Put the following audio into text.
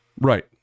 Right